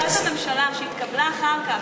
זה כתוב בהחלטת הממשלה שהתקבלה אחר כך,